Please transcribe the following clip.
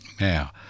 Now